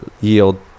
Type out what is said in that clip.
Yield